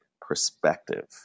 perspective